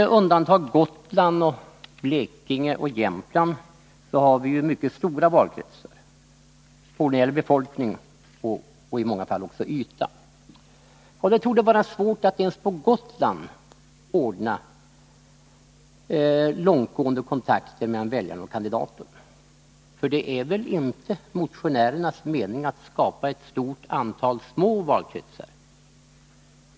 Om vi undantar Gotland, Blekinge och Jämtland, så har vi ju mycket stora valkretsar när det gäller befolkning och i många fall också yta. Det torde vara svårt att ens på Gotland ordna långtgående kontakter mellan väljarna och kandidaten. För det är väl inte motionärernas mening att skapa ett stort antal små valkretsar?